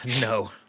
no